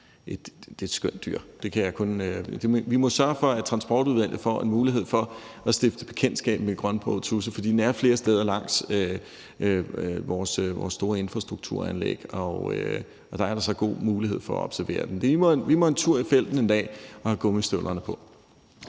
Det er et skønt dyr. Vi må sørge for, at Transportudvalget får en mulighed for at stifte bekendtskab med den grønbrogede tudse, for den er flere steder langs vores store infrastrukturanlæg, og dér er der god mulighed for at observere dem. Vi må en tur i felten en dag og have gummistøvlerne på.